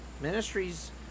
Ministries